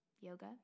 Yoga